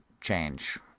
change